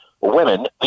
women